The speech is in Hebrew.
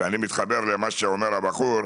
ואני מתחבר למה שאומר הבחור,